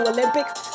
Olympics